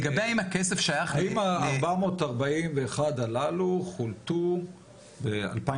האם ה-441 הללו חולטו ב-2020?